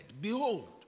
Behold